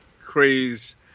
Craze